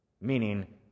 Meaning